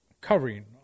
covering